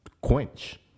quench